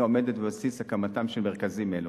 עומדות בבסיס הקמתם של מרכזים אלו.